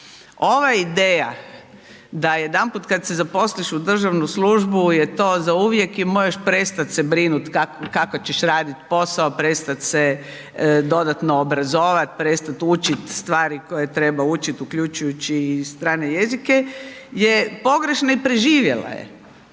ova ideja da jedanput kad se zaposliš u državnu službu je to zauvijek i možeš prestat se brinut kako ćeš radi posao, prestat se dodatno obrazovat, prestat učit stvari koje treba učiti uključujući i strane jezike je pogrešna i preživjela je.